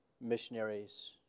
missionaries